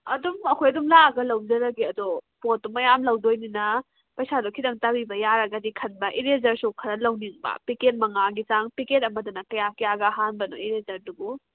ꯑꯗꯨꯝ ꯑꯩꯈꯣꯏ ꯑꯗꯨꯝ ꯂꯥꯛꯑꯒ ꯂꯧꯖꯔꯒꯦ ꯑꯗꯣ ꯄꯣꯠꯇꯨ ꯃꯌꯥꯝ ꯂꯧꯗꯣꯏꯅꯤꯅ ꯄꯩꯁꯥꯗꯨ ꯈꯤꯇꯪ ꯇꯥꯕꯤꯕ ꯌꯥꯔꯒꯗꯤ ꯈꯟꯕ ꯏꯔꯦꯖꯔꯁꯨ ꯈꯔ ꯂꯧꯅꯤꯡꯕ ꯄꯦꯀꯦꯠ ꯃꯉꯥꯒꯤ ꯆꯥꯡ ꯄꯦꯀꯦꯠ ꯑꯃꯗꯅ ꯀꯌꯥ ꯀꯌꯥꯒ ꯍꯥꯟꯕꯅꯣ ꯏꯔꯦꯖꯔꯗꯨꯕꯨ